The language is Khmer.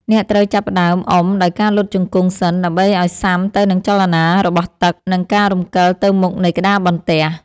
អ្នកត្រូវចាប់ផ្ដើមអុំដោយការលុតជង្គង់សិន ដើម្បីឱ្យស៊ាំទៅនឹងចលនារបស់ទឹក និងការរំកិលទៅមុខនៃក្តារបន្ទះ។